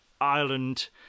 Ireland